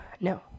No